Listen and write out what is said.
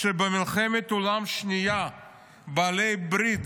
שבמלחמת העולם השנייה בעלי ברית